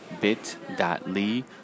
bit.ly